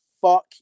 fuck